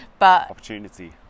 opportunity